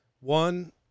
One